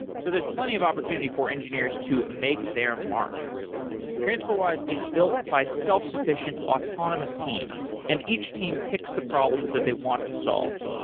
so there's plenty of opportunities for engineers to make their mark transferwise is built by self-sufficient autonomous teams. and each team picks the problems that they want to solve.